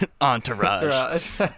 Entourage